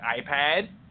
iPad